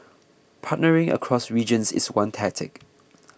partnering across regions is one tactic